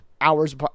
hours